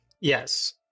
Yes